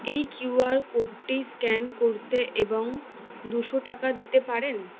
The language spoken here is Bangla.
এই কিউআর কোডটি স্ক্যান করতে এবং দুশো টাকা দিতে পারেন